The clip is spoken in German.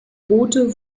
boote